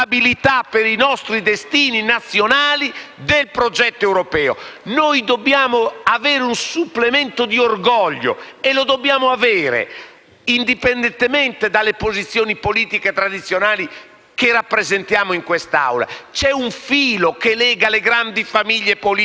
Noi dobbiamo avere un supplemento di orgoglio e lo dobbiamo avere indipendentemente dalle posizioni politiche tradizionali che rappresentiamo in quest'Aula. C'è un filo che lega le grandi famiglie politiche europee, un filo che lega le famiglie del socialismo europeo,